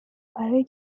برای